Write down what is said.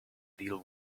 deal